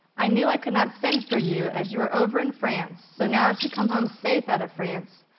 i knew i could not send for you, as you are over in france. so now as you come home safe out of france,